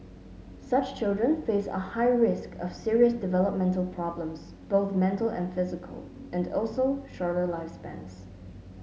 such children face a high risk of serious developmental problems both mental and physical and also shorter lifespans